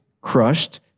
crushed